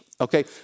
Okay